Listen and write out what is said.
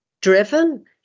driven